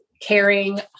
caring